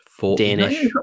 Danish